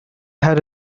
had